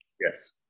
Yes